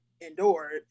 endured